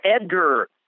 Edgar